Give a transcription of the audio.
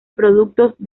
productos